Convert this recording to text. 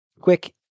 quick